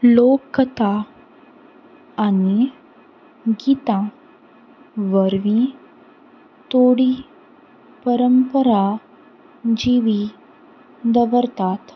लोककथा आनी गितां वरवीं थोडी परंपरा जिवी दवरतात